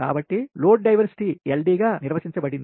కాబట్టి load diversity LD గా నిర్వచించబడింది